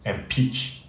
and peach